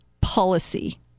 policy